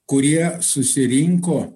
kurie susirinko